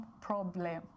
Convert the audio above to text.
problem